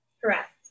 Correct